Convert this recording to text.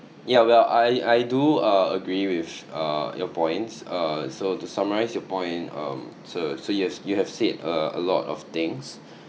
yeah well I I do uh agree with uh your points uh so to summarize your point um so so you have you have said a lot of things